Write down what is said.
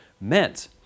meant